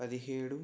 పదిహేడు